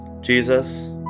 Jesus